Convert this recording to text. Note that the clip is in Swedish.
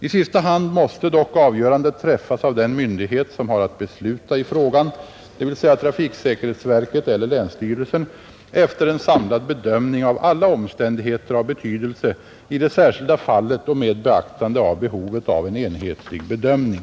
I sista hand måste dock avgörandet träffas av den myndighet som har att besluta i frågan — dvs. trafiksäkerhetsverket eller länsstyrelsen — efter en samlad bedömning av alla omständigheter av betydelse i det särskilda fallet och med beaktande av behovet av en enhetlig bedömning.